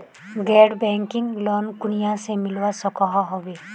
गैर banking loan कुनियाँ से मिलवा सकोहो होबे?